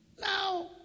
Now